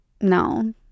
no